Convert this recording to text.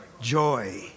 Joy